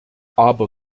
aber